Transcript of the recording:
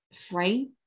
frame